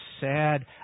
sad